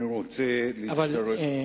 אני רוצה להצטרף,